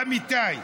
אמיתי.